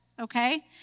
okay